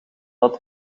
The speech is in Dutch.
dat